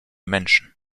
menschen